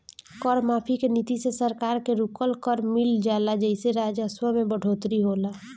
कर माफी के नीति से सरकार के रुकल कर मिल जाला जेइसे राजस्व में बढ़ोतरी होला